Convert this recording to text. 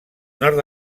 nord